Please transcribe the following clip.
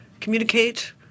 communicate